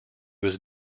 was